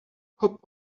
hop